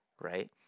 Right